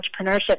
entrepreneurship